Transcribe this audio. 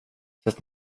sätt